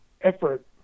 effort